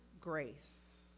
grace